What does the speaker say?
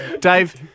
Dave